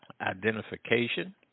identification